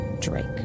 Drake